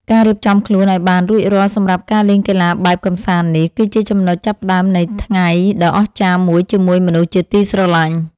ការរៀបចំខ្លួនឱ្យបានរួចរាល់សម្រាប់ការលេងកីឡាបែបកម្សាន្តនេះ គឺជាចំណុចចាប់ផ្ដើមនៃថ្ងៃដ៏អស្ចារ្យមួយជាមួយមនុស្សជាទីស្រឡាញ់។